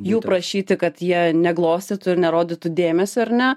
jų prašyti kad jie neglostytų ir nerodytų dėmesio ar ne